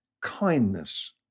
Kindness